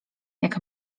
jak